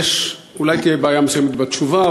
אולי תהיה בעיה מסוימת בתשובה,